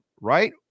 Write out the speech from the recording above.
right